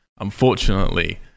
unfortunately